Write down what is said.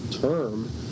term